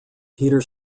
peter